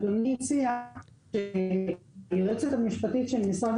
אדוני הציע שהיועצת המשפטית של משרד